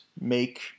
make